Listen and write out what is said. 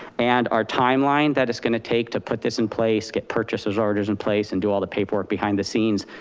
and our timeline that it's gonna take to put this in place, get purchases, orders in place, and do all the paperwork behind the scenes,